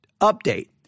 Update